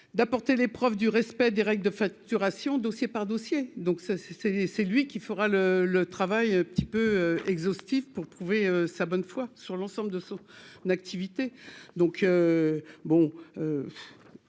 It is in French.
d'apporter les preuves du respect des règles de facturation, dossier par dossier, donc ça c'est, c'est c'est lui qui. Sera le le travail un petit peu exhaustif pour prouver sa bonne foi, sur l'ensemble de son activité, donc bon,